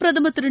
பிரதமர் திரு